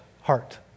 Heart